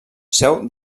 seu